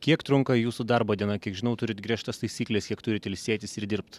kiek trunka jūsų darbo diena kiek žinau turit griežtas taisykles kiek turit ilsėtis ir dirbt